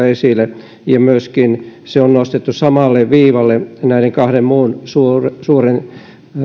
esille ja se on nostettu samalle viivalle näiden kahden muun suuren suuren